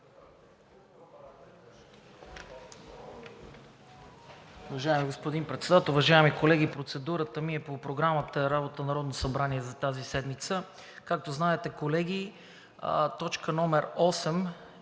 Уважаеми господин Председател, уважаеми колеги! Процедурата ми е по Програмата за работата на Народното събрание за тази седмица. Както знаете, колеги, точка осем е